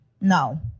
No